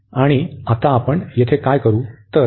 आणि आता आपण येथे काय करू